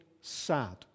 sad